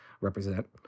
represent